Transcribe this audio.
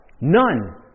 None